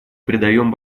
придаем